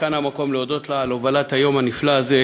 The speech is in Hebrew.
שכאן המקום להודות לה על הובלת היום הנפלא הזה,